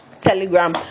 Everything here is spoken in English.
Telegram